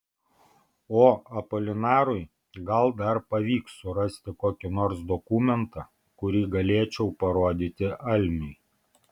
o apolinarui gal dar pavyks surasti kokį nors dokumentą kurį galėčiau parodyti almiui